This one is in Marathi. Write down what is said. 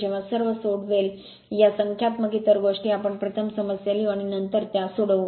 जेव्हा सर्व सोडवेल या संख्यात्मक इतर गोष्टी आम्ही प्रथम समस्या लिहू आणि नंतर त्या सोडवू